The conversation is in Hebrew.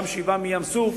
בשאיבה מים-סוף